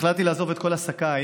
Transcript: כשהחלטתי לעזוב את כל עסקיי,